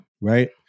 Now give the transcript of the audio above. right